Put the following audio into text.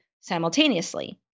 simultaneously